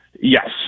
Yes